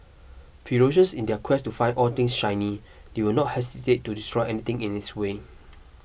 ferocious in their quest to find all things shiny they will not hesitate to destroy anything in its way